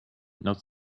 not